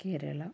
Kerala